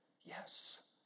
Yes